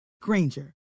Granger